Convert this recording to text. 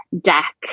deck